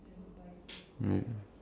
safety pin